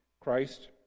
Christ